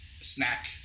snack